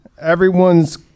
everyone's